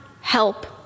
help